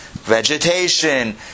vegetation